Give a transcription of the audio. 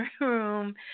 room